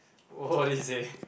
what did he say